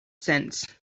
sense